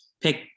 pick